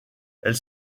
elles